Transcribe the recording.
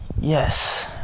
Yes